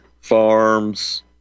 farms